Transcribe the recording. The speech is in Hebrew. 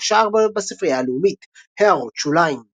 דף שער בספרייה הלאומית == הערות שוליים ==